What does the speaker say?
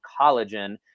collagen